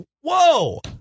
Whoa